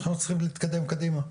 עכשיו אנחנו צריכים להתקדם קדימה.